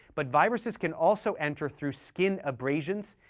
but viruses can also enter through skin abrasions,